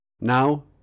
Now